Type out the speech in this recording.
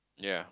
ya